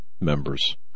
members